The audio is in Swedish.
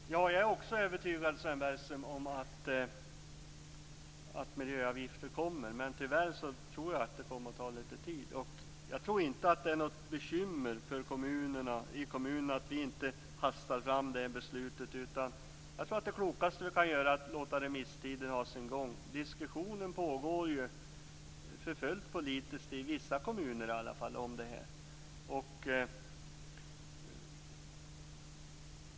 Fru talman! Jag är också övertygad, Sven Bergström, om att miljöavgifter kommer, men tyvärr tror jag att det kommer att ta lite tid. Jag tror inte att det är något bekymmer i kommunerna att vi inte hastar fram det beslutet. Jag tror att det klokaste vi kan göra är att låta remissen ha sin gång. Diskussionen pågår för fullt politiskt i alla fall i vissa kommuner.